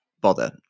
bother